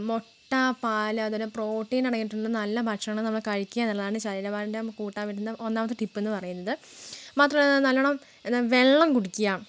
മുട്ട പാൽ അതുപോലെ പ്രോട്ടീൻ അടങ്ങിയിട്ടുള്ള നല്ല ഭക്ഷണം നമ്മൾ കഴിക്കുക എന്നുള്ളതാണ് ശരീര ഭാരം കൂട്ടാൻ പറ്റുന്ന ഒന്നാമത്തെ ടിപ്പ് എന്ന് പറയുന്നത് മാത്രമല്ല നല്ലവണ്ണം എന്താണ് വെള്ളം കുടിക്കുക